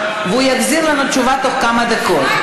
והוא יחזיר לנו תשובה תוך כמה דקות.